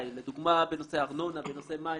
לדוגמא, בנושא ארנונה, בנושא מים.